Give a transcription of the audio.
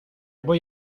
voy